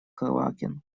квакин